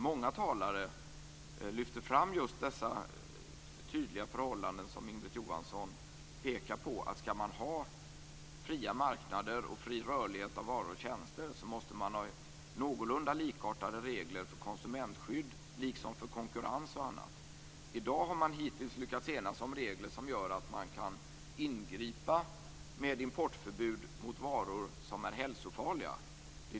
Många talare lyfte fram just dessa tydliga förhållanden som Inga Britt Johansson pekar på, att om man skall ha fria marknader och fri rörlighet av varor och tjänster måste man ha någorlunda likartade regler för konsumentskydd liksom för konkurrens och annat. Hittills har man lyckats enas om regler som gör att man kan ingripa med importförbud mot varor som är hälsofarliga.